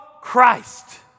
christ